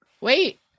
wait